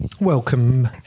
Welcome